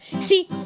See